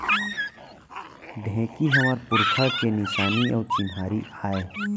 ढेंकी हमर पुरखा के निसानी अउ चिन्हारी आय